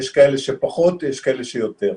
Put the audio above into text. יש כאלה שפחות ויש כאלה שיותר.